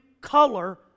color